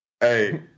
Hey